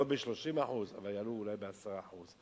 לא ב-30% אבל יעלו אולי ב-10%.